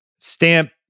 Stamp